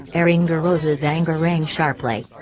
aringarosa's anger rang sharply.